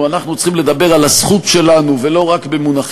ומהודו,